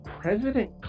President